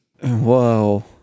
Whoa